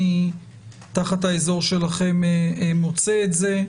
אני תחת האזור שלכם מוצא את זה.